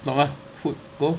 talk ah food go